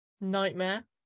nightmare